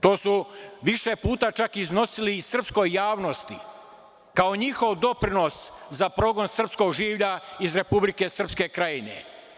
To su više puta iznosili srpskoj javnosti, kao njihov doprinos za progon srpskog življa iz Republike Srpske Krajine.